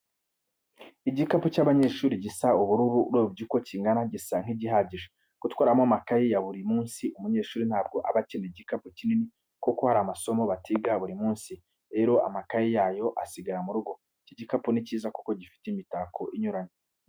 Igikapu cy'abanyeshuri gisa ubururu, urebye uko kingana gisa nk'igihagije, gutwaramo amakayi ya buri munsi, umunyeshuri ntabwo aba akeneye igikapu kinini kuko hari amasomo batiga buri munsi, rero amakaye yayo asigara mu rugo. Iki gikapu ni cyiza kuko gifite n'imitako inyuranye.